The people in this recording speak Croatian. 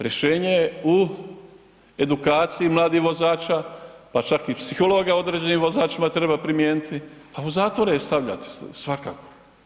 Rješenje je u edukaciji mladih vozača pa čak i psihologa određenim vozačima treba primijeniti pa u zatvore ih stavljati svakako.